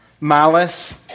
malice